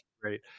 great